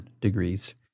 degrees